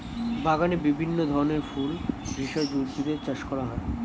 বাগানে বিভিন্ন ধরনের ফুল, ভেষজ উদ্ভিদের চাষ করা হয়